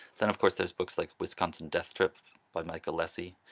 then of course there's books like wisconsin death trip by michael lesy.